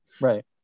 Right